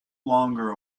longer